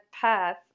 path